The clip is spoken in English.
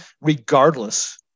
regardless